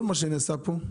כל מה שנעשה פה,